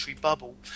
bubble